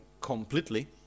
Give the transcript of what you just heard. completely